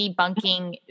debunking